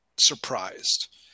surprised